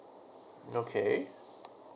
okay